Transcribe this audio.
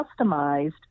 customized